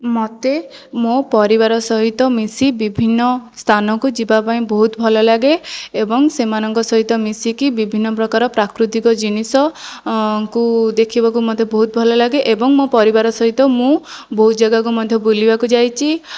ମୋତେ ମୋ' ପରିବାର ସହିତ ମିଶି ବିଭିନ୍ନ ସ୍ଥାନକୁ ଯିବା ପାଇଁ ବହୁତ ଭଲ ଲାଗେ ଏବଂ ସେମାନଙ୍କ ସହିତ ମିଶିକି ବିଭିନ୍ନ ପ୍ରକାର ପ୍ରାକୃତିକ ଜିନିଷ କୁ ଦେଖିବାକୁ ମୋତେ ବହୁତ ଭଲ ଲାଗେ ଏବଂ ମୋ' ପରିବାର ସହିତ ମୁଁ ବହୁତ ଜାଗାକୁ ମଧ୍ୟ ବୁଲିବାକୁ ଯାଇଛି